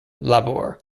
labor